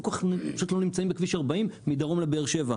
אתם פשוט לא כל כך נמצאים בכביש 40 מדרום לבאר שבע.